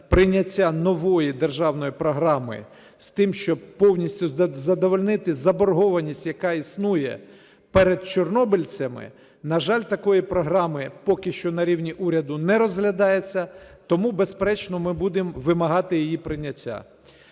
прийняття нової державної програми з тим, щоб повністю задовольнити заборгованість, яка існує перед чорнобильцями, на жаль, такої програми поки що на рівні уряду не розглядається. Тому, безперечно, ми будемо вимагати її прийняття.